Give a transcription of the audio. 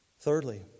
Thirdly